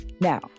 Now